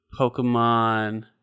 Pokemon